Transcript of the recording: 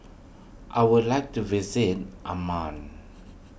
I would like to visit Amman